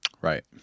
right